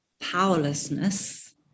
powerlessness